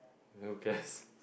who cares